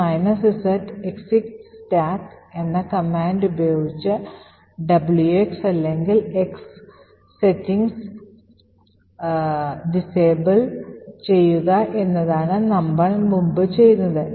ഈ z execstack എന്ന command ഉപയോഗിച്ച് WX അല്ലെങ്കിൽ X ക്രമീകരണം അപ്രാപ്തമാക്കുക എന്നതാണ് നമ്മൾ മുമ്പ് ചെയ്തത്